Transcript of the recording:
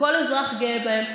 וכל אזרח גאה בהם.